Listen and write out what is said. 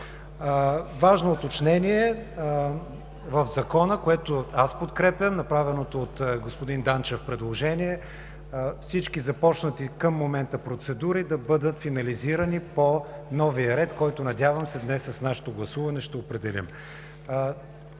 Важно уточнение в Закона, което аз подкрепям, направеното от господин Данчев предложение – всички започнати към момента процедури да бъдат финализирани по новия ред, който надявам се днес с нашето гласуване ще определим.